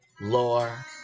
lore